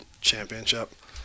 championship